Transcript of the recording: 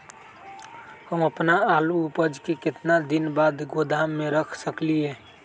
हम अपन आलू के ऊपज के केतना दिन बाद गोदाम में रख सकींले?